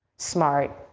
smart,